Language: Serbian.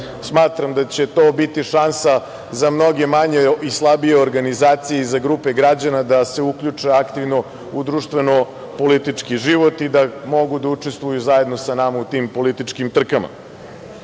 Smatram da će to biti šansa za mnoge manje i slabije organizacije i za grupe građana da se uključe aktivno u društveno-politički život i da mogu da učestvuju zajedno sa nama u tim političkim trkama. Kada